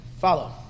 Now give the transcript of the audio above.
Follow